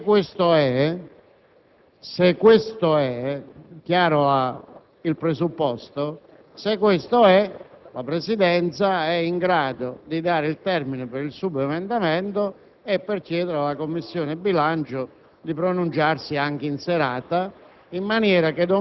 Se ho ben capito, il Governo ha risposto alla sua domanda, dicendo che ritiene di poter presentare l'emendamento entro il termine di chiusura della seduta, che è fissato appunto alle ore 19.